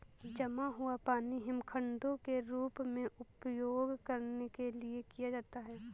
जमा हुआ पानी हिमखंडों के रूप में उपयोग करने के लिए किया जाता है